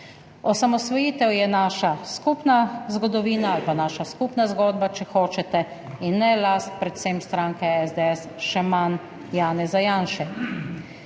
Osamosvojitev je naša skupna zgodovina ali pa naša skupna zgodba, če hočete, in ne last predvsem stranke SDS, še manj Janeza Janše.